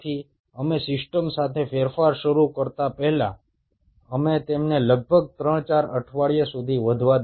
আমরা এগুলিকে প্রায় 3 থেকে 4 সপ্তাহ পর্যন্ত বৃদ্ধি পেতে দিচ্ছি